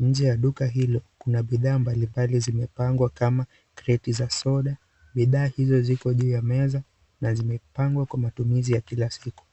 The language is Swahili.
Nje ya duka hilo kuna bidhaa mbalimbali zimepangwa kama kreti za soda, bidhaa hizo ziko juu ya meza na zimepangwa kwa matumizi ya kila siku.